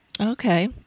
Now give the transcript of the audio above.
Okay